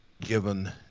given